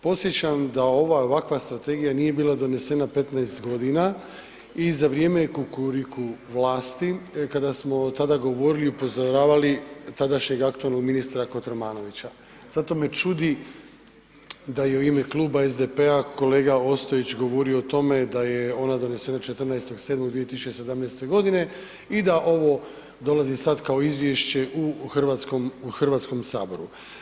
Podsjećam da ova, ovakva strategija nije bila donesena 15 godina i za vrije Kukuriku vlasti, kada smo tada govorili i upozoravali tadašnjeg aktualnog ministra Kotromanovića, zato me čudi da je u ime Kluba SDP-a kolega Ostojić govorio o tome da je ona donesena 14.07.2017. g. i da ovo dolazi sad kao izvješće u HS-u.